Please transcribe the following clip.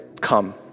come